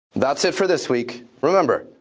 that's it for this week. remember,